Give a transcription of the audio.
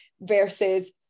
versus